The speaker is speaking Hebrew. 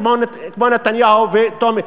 כמו נתניהו וטומי,